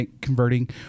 converting